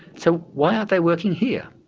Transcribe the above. so why aren't they working here?